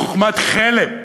בחוכמת חלם,